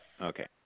Okay